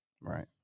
Right